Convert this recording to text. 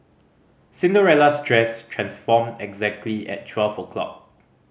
Cinderella's dress transformed exactly at twelve o'clock